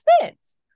fits